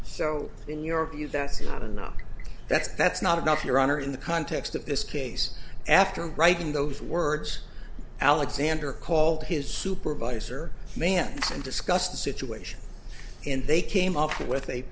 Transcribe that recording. in your view that's not enough that's that's not enough your honor in the context of this case after writing those words alexander called his supervisor man and discussed the situation and they came up with a